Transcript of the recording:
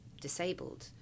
disabled